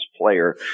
player